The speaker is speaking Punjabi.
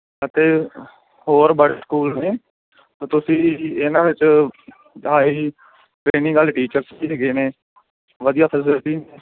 ਅਤੇ ਹੋਰ ਬੜੇ ਸਕੂਲ ਨੇ ਤੁਸੀਂ ਇਹਨਾਂ ਵਿੱਚ ਹਾਈ ਟ੍ਰੇਨਿੰਗ ਵਾਲੇ ਟੀਚਰਸ ਵੀ ਹੈਗੇ ਨੇ ਵਧੀਆ ਫੈਸਿਲੀਟੀ